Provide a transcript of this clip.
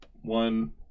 one